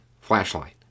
Flashlight